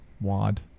wad